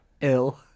ill